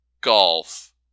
golf